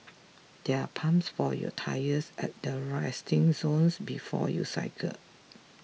there are pumps for your tyres at the resting zones before you cycle